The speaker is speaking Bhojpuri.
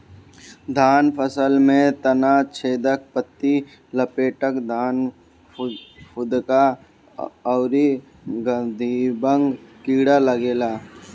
धान के फसल में तना छेदक, पत्ति लपेटक, धान फुदका अउरी गंधीबग कीड़ा लागेला